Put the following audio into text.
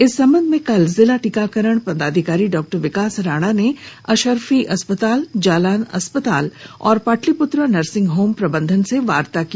इस संबंध में कल जिला टीकाकरण पदाधिकारी डॉ विकास राणा ने अशर्फी अस्पताल जालान अस्पताल और पाटलिप्त्र नर्सिंग होम प्रबंधन से वार्ता की